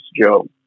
Joe